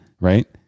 right